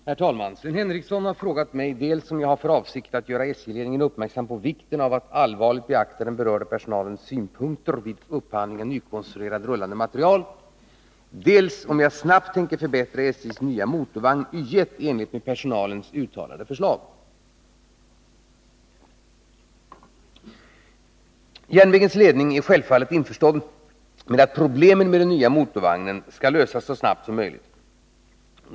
Herr talman! Sven Henricsson har frågat mig dels om jag har för avsikt att göra SJ-ledningen uppmärksam på vikten av att allvarligt beakta den berörda personalens synpunkter vid upphandling av nykonstruerad rullande materiel, dels om jag snabbt tänker förbättra SJ:s nya motorvagn Y1 i enlighet med personalens uttalade förslag. Ledningen för statens järnvägar är självfallet införstådd med att problemen med den nya motorvagnen skall lösas så snabbt som möjligt.